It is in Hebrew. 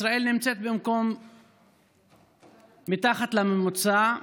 ישראל נמצאת מתחת לממוצע,